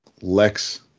Lex